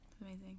amazing